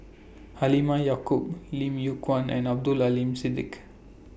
Halimah Yacob Lim Yew Kuan and Abdul Aleem Siddique